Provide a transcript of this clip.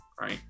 right